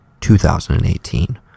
2018